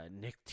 Nick